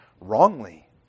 wrongly